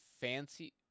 Fancy